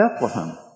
Bethlehem